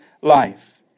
life